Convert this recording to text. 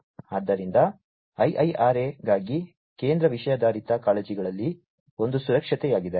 ಆದ್ದರಿಂದ IIRA ಗಾಗಿ ಕೇಂದ್ರ ವಿಷಯಾಧಾರಿತ ಕಾಳಜಿಗಳಲ್ಲಿ ಒಂದು ಸುರಕ್ಷತೆಯಾಗಿದೆ